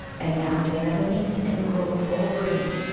and now they never meet in grove or green,